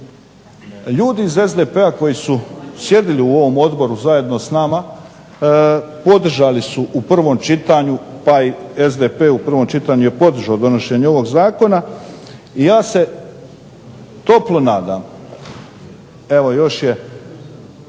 Ljudi iz SDP-a koji su sjedili u ovom odboru zajedno sa nama podržali su u prvom čitanju taj, SDP u prvom čitanju je podržao donošenje ovog zakona i ja se toplo nadam evo još je